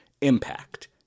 Impact